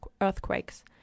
earthquakes